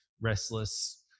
restless